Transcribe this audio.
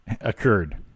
occurred